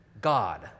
God